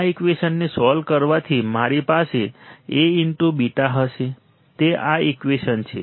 અને આ ઈકવેશનને સોલ્વ કરવાથી મારી પાસે Aβ હશે તે આ ઈકવેશન છે